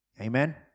Amen